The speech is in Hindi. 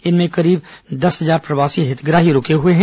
इनमें करीब दस हजार प्रवासी हितग्राही रूके हुए हैं